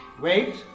Wait